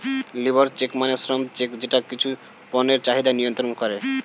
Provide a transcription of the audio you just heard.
labour check মানে শ্রম check যেটা কিছু পণ্যের চাহিদা নিয়ন্ত্রন করে